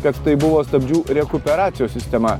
kad tai buvo stabdžių rekuperacijos sistema